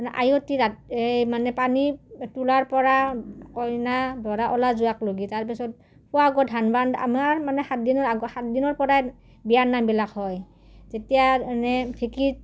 আয়তীৰ এই মানে পানী তোলাৰপৰা কইনা দৰা ওলাই যোৱা লৈকে তাৰ পিছত পুৱা আকৌ ধান বান আমাৰ মানে সাতদিনৰ আগ সাতদিনৰ পৰাই বিয়াৰ নামবিলাক হয় তেতিয়া মানে ঢেঁকীত